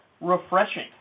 refreshing